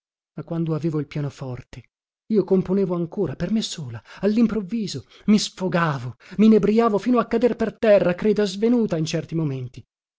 ma quando avevo il pianoforte io componevo ancora per me sola allimprovviso mi sfogavo minebriavo fino a cader per terra creda svenuta in certi momenti